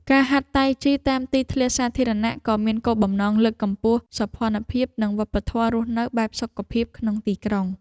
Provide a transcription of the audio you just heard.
ការហាត់តៃជីតាមទីធ្លាសាធារណៈក៏មានគោលបំណងលើកកម្ពស់សោភ័ណភាព និងវប្បធម៌រស់នៅបែបសុខភាពក្នុងទីក្រុង។